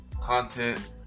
content